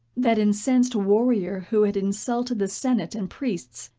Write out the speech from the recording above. that incensed warrior who had insulted the senate and priests,